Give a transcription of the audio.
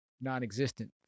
Non-existent